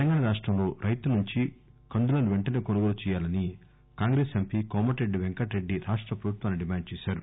తెలంగాణ రాష్టంలో రైతు నుంచి కందులను పెంటసే కొనుగోలు చేయాలని కాంగ్రెస్ ఎంపీ కోమటిరెడ్డి పెంకటరెడ్డి రాష్ట ప్రభుత్వాన్ని డిమాండ్ చేశారు